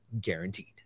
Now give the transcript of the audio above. Guaranteed